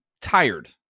tired